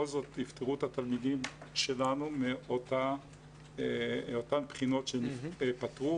זאת יפטרו את התלמידים שלנו מאותן בחינות שפטרו,